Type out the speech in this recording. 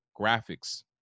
graphics